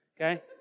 okay